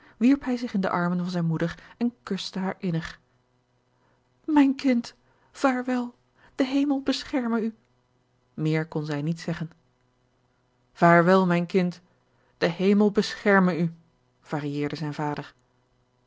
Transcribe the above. wierp hij zich in de armen van zijne moeder en kuste haar innig mijn kind vaarwel de hemel bescherme u meer kon zij niet zeggen vaarwel mijn kind de hemel bescherme u varieerde zijn vader